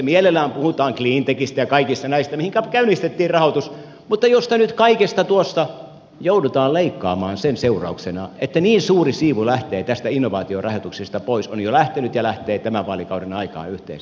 mielellään puhutaan cleantechistä ja kaikista näistä joihin käynnistettiin rahoitus mutta joista nyt kaikista joudutaan leikkaamaan sen seurauksena että niin suuri siivu lähtee tästä innovaatiorahoituksesta pois on jo lähtenyt ja lähtee tämän vaalikauden aikaan yhteensä